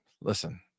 Listen